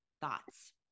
thoughts